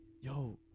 yo